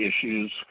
issues